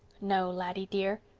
no, laddie dear,